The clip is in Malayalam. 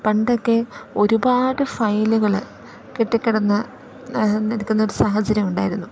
പണ്ടൊക്കെ ഒരുപാട് ഫൈലുകൾ കെട്ടിക്കിടന്ന് നിൽക്കുന്ന ഒരു സാഹചര്യം ഉണ്ടായിരുന്നു